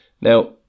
Now